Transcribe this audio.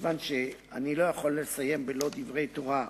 כיוון שאני לא יכול לסיים בלא דברי תורה,